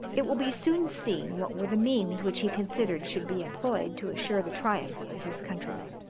it will be soon seen what were the means which he considered should be employed to assure the triumph of his countrymen.